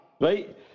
Right